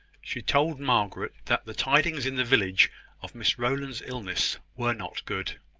she told margaret that the tidings in the village of miss rowland's illness were not good.